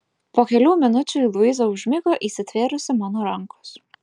po kelių minučių luiza užmigo įsitvėrusi mano rankos